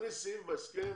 תכניס סעיף בהסכם